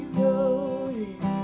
roses